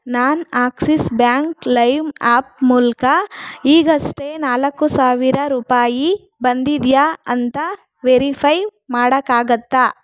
ನನ್ Axis Bank Lime app ಮೂಲಕ ಈಗಷ್ಟೇ ನಾಲ್ಕು ಸಾವಿರ ರೂಪಾಯಿ ಬಂದಿದೆಯಾ ಅಂತ ವೆರಿಫೈ ಮಾಡೋಕ್ಕಾಗತ್ತಾ